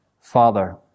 Father